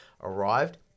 arrived